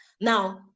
Now